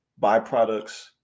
byproducts